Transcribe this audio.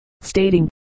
stating